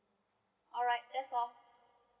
alright that's all